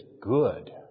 good